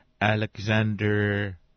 Alexander